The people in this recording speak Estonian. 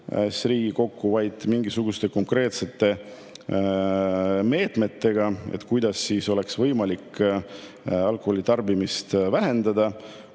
initsiatiiviga, vaid mingisuguste konkreetsete meetmetega, kuidas oleks võimalik alkoholi tarbimist vähendada.